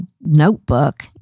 notebook